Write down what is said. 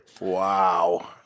Wow